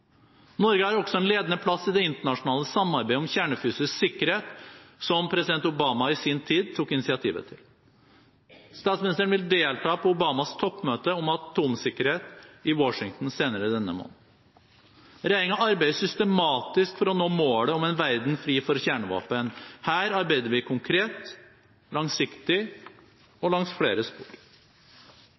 Norge har også en ledende plass i det internasjonale samarbeidet om kjernefysisk sikkerhet som president Obama i sin tid tok initiativet til. Statsministeren vil delta på Obamas toppmøte om atomsikkerhet i Washington senere denne måneden. Regjeringen arbeider systematisk for å nå målet om en verden fri for kjernevåpen. Her arbeider vi konkret, langsiktig og langs flere spor.